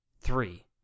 Three